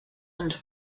and